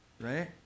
right